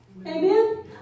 Amen